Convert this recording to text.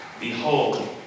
Behold